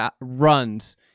runs